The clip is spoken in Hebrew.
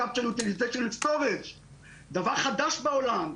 בטכנולוגיית- -- דבר חדש בועלם.